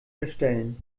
verstellen